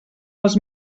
els